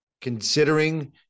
Considering